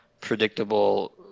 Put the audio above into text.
predictable